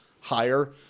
higher